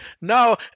no